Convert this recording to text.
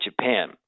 Japan